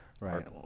Right